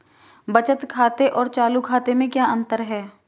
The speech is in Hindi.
बचत खाते और चालू खाते में क्या अंतर है?